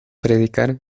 predicar